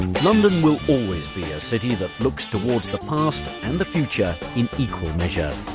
london will always be a city that looks towards the past and the future in equal measure.